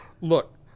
look